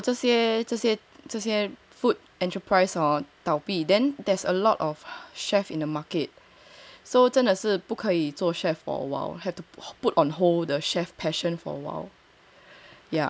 如果这些这些这些 food enterprise hor 倒闭 then there's a lot of chefs in the market 说真的是不可以做 chef for awhile have to put on hold the chef passion for awhile